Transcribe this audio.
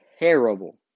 terrible